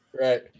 Right